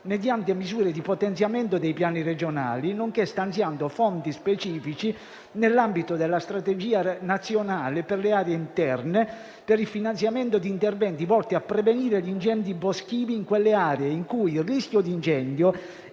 mediante misure di potenziamento dei piani regionali, nonché stanziando fondi specifici nell'ambito della strategia nazionale per le aree interne, per il finanziamento di interventi volti a prevenire gli incendi boschivi in quelle aree in cui il rischio di incendio